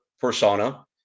persona